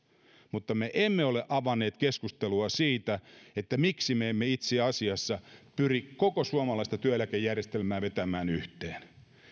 mutta me emme ole avanneet keskustelua siitä miksi me emme itse asiassa pyri koko suomalaista työeläkejärjestelmää vetämään yhteen